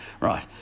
right